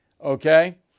Okay